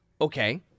Okay